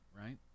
right